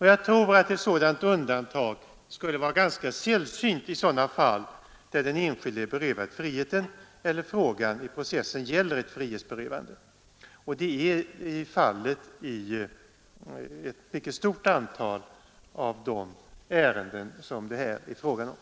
Jag tror att ett dylikt undantag skulle vara ganska sällsynt i sådana fall där den enskilde är berövad friheten eller processen gäller ett frihetsberövande, och det är förhållandet i ett mycket stort antal av de ärenden som det här är fråga om.